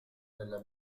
nella